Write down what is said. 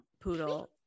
poodle